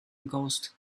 ghost